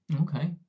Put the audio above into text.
Okay